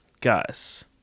guys